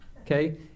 Okay